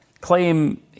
claim